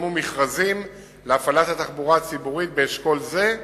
יפורסמו מכרזים להפעלת התחבורה הציבורית באשכול זה,